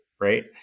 right